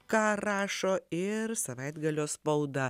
ką rašo ir savaitgalio spauda